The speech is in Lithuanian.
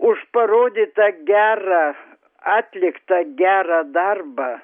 už parodytą gerą atliktą gerą darbą